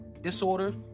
disorder